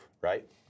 right